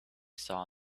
saw